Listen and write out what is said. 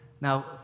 Now